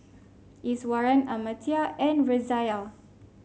Iswaran Amartya and Razia